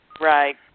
Right